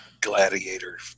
Gladiator